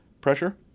pressure